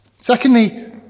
Secondly